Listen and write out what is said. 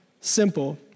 simple